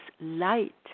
light